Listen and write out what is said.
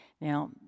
now